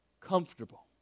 comfortable